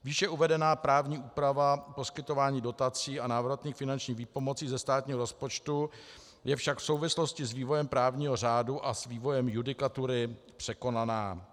Výše uvedená právní úprava poskytování dotací a návratných finančních výpomocí ze státního rozpočtu je však v souvislosti s vývojem právního řádu a s vývojem judikatury překonaná.